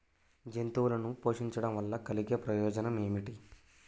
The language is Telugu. జంతువులను పోషించడం వల్ల కలిగే ప్రయోజనం ఏమిటీ?